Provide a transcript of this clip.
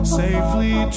safely